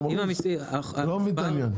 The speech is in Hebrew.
אני לא מבין את העניין.